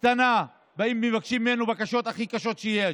קטנה, מבקשים ממנו בקשות הכי קשות שיש.